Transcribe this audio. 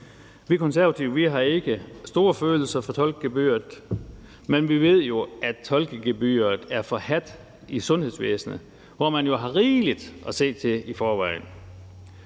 Vi konservative har ikke store følelser for tolkegebyret, men vi ved, at tolkegebyret er forhadt i sundhedsvæsenet, hvor man jo har rigeligt at se til i forvejen.